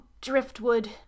driftwood